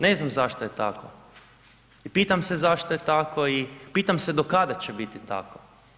Ne znam zašto je tako i pitam se zašto je tako i pitam se do kada će biti tako.